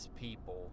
people